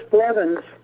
Blevins